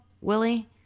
Willie